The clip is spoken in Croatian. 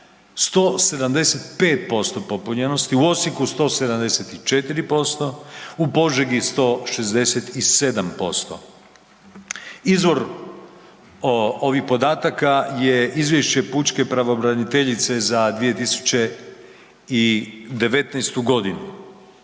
175% popunjenosti, u Osijeku 174%, u Požegi 167%. Izvor ovih podataka je izvješće pučke pravobraniteljice za 2019.g.